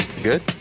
Good